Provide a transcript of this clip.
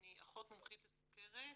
אני אחות מומחית לסוכרת,